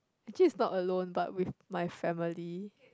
actually is not alone but with my family